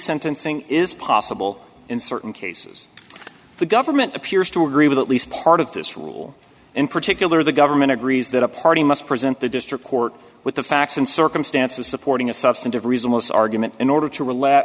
sentencing is possible in certain cases the government appears to agree with at least part of this rule in particular the government agrees that a party must present the district court with the facts and circumstances supporting a substantive reason most argument in order to relax